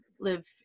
live